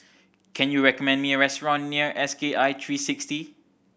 can you recommend me a restaurant near S K I three sixty